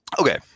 Okay